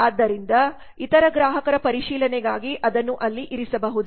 ಆದ್ದರಿಂದ ಇತರ ಗ್ರಾಹಕರ ಪರಿಶೀಲನೆಗಾಗಿ ಅದನ್ನು ಅಲ್ಲಿ ಇರಿಸಬಹುದು